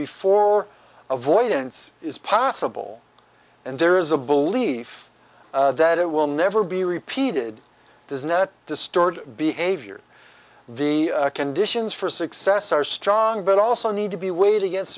before avoidance is possible and there is a belief that it will never be repeated does not distort behavior the conditions for success are strong but also need to be weighed against